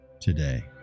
today